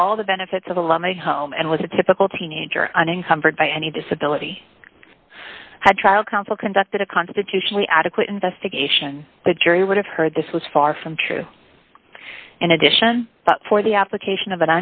had all the benefits of a loving home and was a typical teenager unencumbered by any disability had trial counsel conducted a constitutionally adequate investigation the jury would have heard this was far from true in addition but for the application of